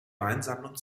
weinsammlung